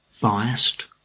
biased